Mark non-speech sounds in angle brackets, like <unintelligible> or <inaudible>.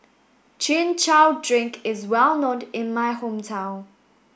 Chin Chow Drink is well <unintelligible> in my hometown